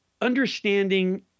understanding